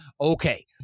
Okay